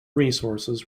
resources